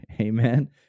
Amen